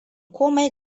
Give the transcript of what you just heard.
komai